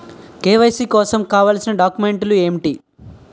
KYC కోసం కావాల్సిన documents ఎంటి?